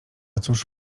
cóż